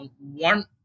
one